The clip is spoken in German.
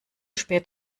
spät